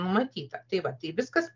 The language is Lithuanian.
numatyta tai va tai viskas